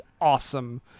awesome